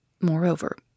Moreover